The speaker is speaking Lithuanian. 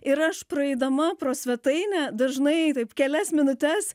ir aš praeidama pro svetainę dažnai taip kelias minutes